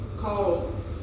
call